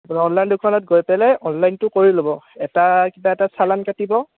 আপোনাৰ অনলাইন দোকানত গৈ পেলাই অনলাইনটো কৰি ল'ব এটা কিবা এটা চালান কাটিব